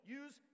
use